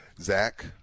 Zach